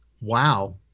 Wow